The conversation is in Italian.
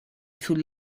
sul